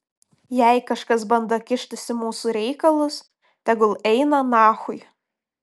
jei kažkas bando kištis į mūsų reikalus tegul eina nachui